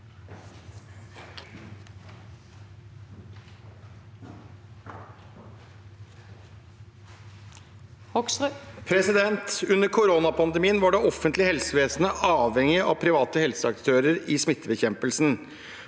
«Under koronapan- demien var det offentlige helsevesenet avhengig av de private helseaktørene i smittebekjempelsen,